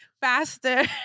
faster